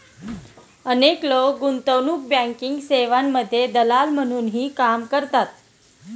अनेक लोक गुंतवणूक बँकिंग सेवांमध्ये दलाल म्हणूनही काम करतात